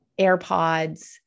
AirPods